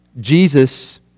Jesus